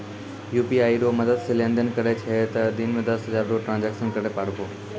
UPI रो मदद से लेनदेन करै छहो तें दिन मे दस हजार रो ट्रांजेक्शन करै पारभौ